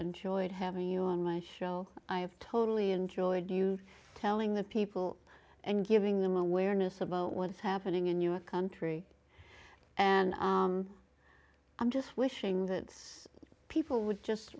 enjoyed having you on my show i have totally enjoyed you telling the people and giving them awareness about what is happening in your country and i'm just wishing that people would just